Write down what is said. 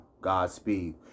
Godspeed